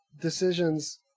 decisions